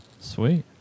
Sweet